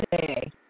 today